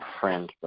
friends